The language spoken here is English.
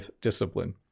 discipline